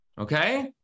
Okay